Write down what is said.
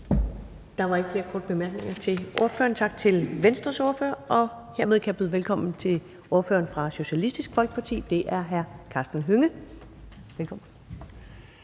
Der var ikke flere korte bemærkninger til ordføreren. Tak til Venstres ordfører. Hermed kan jeg byde velkommen til ordføreren for Socialistisk Folkeparti. Det er hr. Karsten Hønge. Velkommen.